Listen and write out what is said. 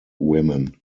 women